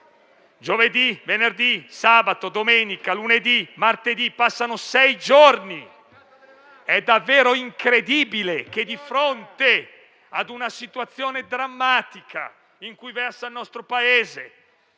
Giovedì, venerdì, sabato, domenica, lunedì e martedì: passano sei giorni! *(Commenti)*. È davvero incredibile. Vista la situazione drammatica in cui versa il nostro Paese,